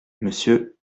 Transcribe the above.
monsieur